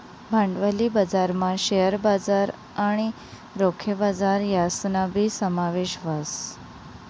भांडवली बजारमा शेअर बजार आणि रोखे बजार यासनाबी समावेश व्हस